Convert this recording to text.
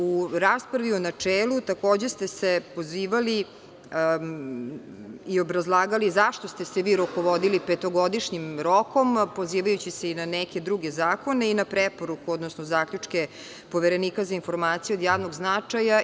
U raspravi u načelu takođe ste se pozivali i obrazlagali zašto se rukovodili petogodišnjim rokom, pozivajući se i na neke druge zakone i na preporuku, odnosno zaključke Poverenika za informacije od javnog značaja.